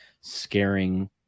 scaring